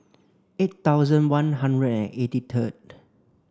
eight thousand one hundred and eighty thrid